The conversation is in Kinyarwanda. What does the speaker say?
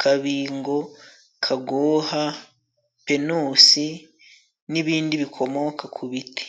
kabingo, kagoha, pinusi ,n'ibindi bikomoka ku biti.